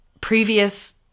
previous